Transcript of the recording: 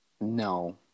No